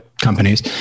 companies